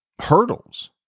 hurdles